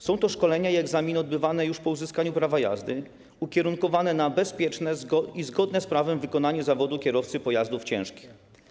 Są to szkolenia i egzaminy odbywane już po uzyskaniu prawa jazdy, ukierunkowane na bezpieczne i zgodne z prawem wykonywanie zawodu kierowcy pojazdów ciężkich.